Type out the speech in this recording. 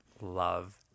love